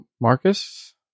marcus